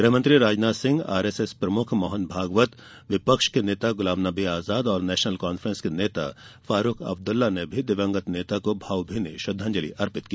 गृह मंत्री Rajnath Singh R S S प्रमुख मोहन भागवत विपक्ष के नेता गुलाम नबी आजाद नेशनल कान्फेंस के नेता फारूख अबदुल्लाने भी दिवंगत नेता को भावभीनी श्रद्वांजलि अर्पित की